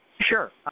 sure